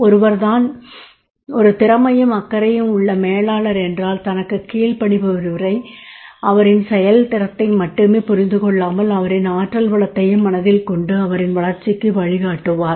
ஒருவர் தான் ஒரு திறமையும் அக்கறையும் உள்ள மேலாளர் என்றால் தனக்குக் கீழ்ப் பணிபுரிபவரை அவரின் செயல் திறத்தை மட்டுமே புரிந்துகொள்ளாமல் அவரின் ஆற்றல் வளத்தையும் மனதில் கொண்டு அவரின் வளர்ச்சிக்கு வழிகாட்டுவார்